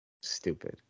stupid